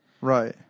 Right